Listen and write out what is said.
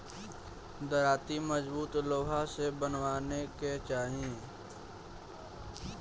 दराँती मजबूत लोहा से बनवावे के चाही